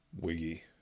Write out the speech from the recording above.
wiggy